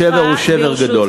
השבר הוא שבר גדול.